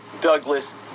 Douglas